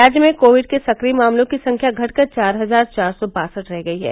राज्य में कोविड के सक्रिय मामलों की संख्या घटकर चार हजार चार सौ बासठ रह गयी है